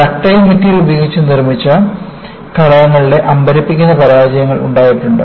ductile material ഉപയോഗിച്ച് നിർമ്മിച്ച ഘടനകളുടെ അമ്പരിപ്പിക്കുന്ന പരാജയങ്ങൾ ഉണ്ടായിട്ടുണ്ട്